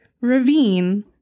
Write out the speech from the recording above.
ravine